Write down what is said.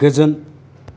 गोजोन